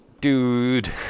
dude